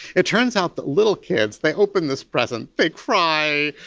it turns out that little kids, they opened this present, they cry,